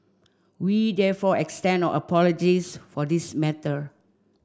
we therefore extend our apologies for this matter